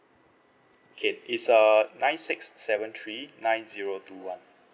okay is err nine six seven three nine zero two one